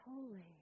holy